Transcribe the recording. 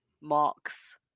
Marks